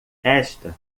esta